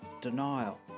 denial